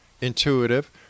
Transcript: intuitive